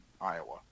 Iowa